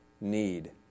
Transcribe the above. need